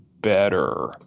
better